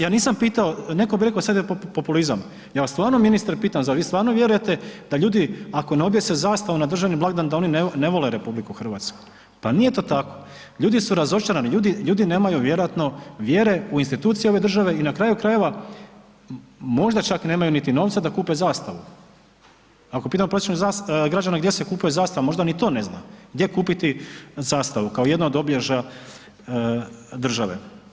Ja nisam pitao, netko bi rekao sad je populizam, ja vas stvarno ministre pitam zar vi stvarno vjerujete da ljudi ako ne objese zastavu na državni blagdan da oni ne vole RH, pa nije to tako, ljudi su razočarani, ljudi, ljudi nemaju vjerojatno vjere u institucije ove države i na kraju krajeva možda čak nemaju niti novca da kupe zastavu, ako pitamo prosječne građane gdje se kupuje zastava, možda ni to ne zna, gdje kupiti zastavu kao jednu od obilježja države.